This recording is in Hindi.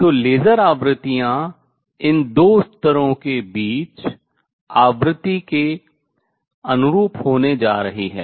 तो लेसर आवृत्तियां इन दो स्तरों के बीच आवृत्ति के अनुरूप होने जा रही हैं